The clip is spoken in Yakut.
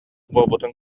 буолбутун